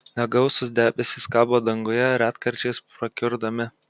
negausūs debesys kabo danguje retkarčiais prakiurdami